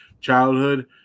childhood